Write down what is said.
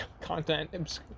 Content